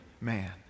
man